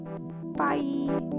bye